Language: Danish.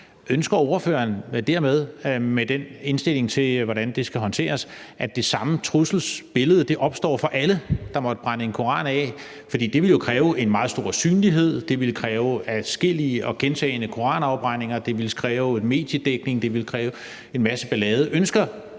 Ønsker ordføreren dermed med den indstilling til, hvordan det skal håndteres, at det samme trusselsbillede opstår for alle, der måtte brænde en koran af? For det ville jo kræve en meget stor synlighed, det ville kræve adskillige og gentagne koranafbrændinger, det ville kræve mediedækning, og det ville kræve en masse ballade. Ønsker